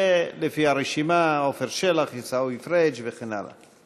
ולפי הרשימה: עפר שלח, עיסאווי פריג' וכן הלאה.